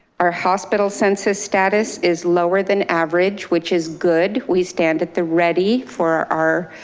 our hospital census status is lower than average which is good. we stand at the ready for our